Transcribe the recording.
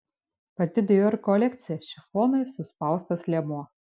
pati dior kolekcija šifonai suspaustas liemuo